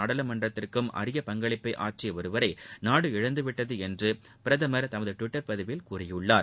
நாடாளுமன்றத்துக்கும் அரிய பங்களிப்பை ஆற்றிய ஒருவரை நாடு இழந்து விட்டது என்று பிரதமர் தமது டுவிட்டர் பதிவில்கூறியிருக்கிறார்